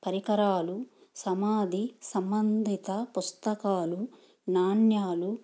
పరికరాలు సమాధి సంబంధిత పుస్తకాలు నాణాలు